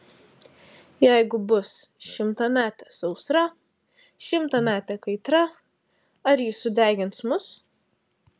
jeigu bus šimtametė sausra šimtametė kaitra ar ji sudegins mus